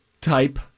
type